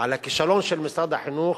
ועל הכישלון של משרד החינוך.